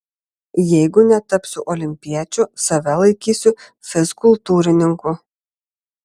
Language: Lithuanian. jeigu netapsiu olimpiečiu save laikysiu fizkultūrininku